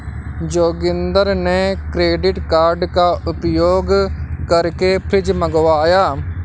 जोगिंदर ने credit card का उपयोग करके फ्रिज मंगवाया